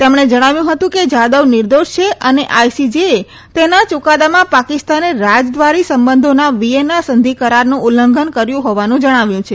તેમણે જણાવ્યું હતું કે જાધવ નિર્દોષ છે અને આઈસીજેએ તેના યુકાદામાં પાકિસ્તાને રાજ્દ્વારી સંબંધોના વીયેન્ના સંધિકરારનું ઉલ્લંઘન કર્યું હોવાનું જણાવ્યું છે